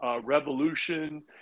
revolution